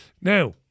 Now